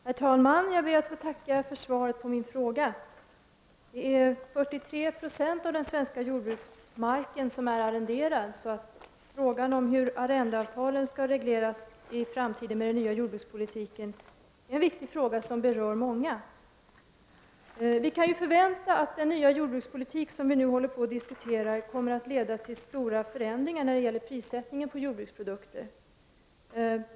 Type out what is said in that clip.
Herr talman! Jag ber att få tacka för svaret på min fråga. 43 Jo av den svenska jordbruksmarken är arrenderad. Frågan om hur arrendeavtalen skall regleras i framtiden med tanke på den nya jordbrukspolitiken är en viktig fråga som berör många. Vi kan förvänta att den nya jordbrukspolitik som vi nu diskuterar kommer att leda till stora förändringar när det gäller prissättningen på jordbruksprodukter.